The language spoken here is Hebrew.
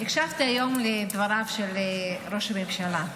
הקשבתי היום לדבריו של ראש הממשלה.